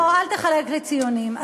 אל תחלק לי לציונים.